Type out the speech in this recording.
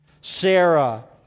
Sarah